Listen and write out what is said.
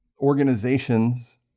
organizations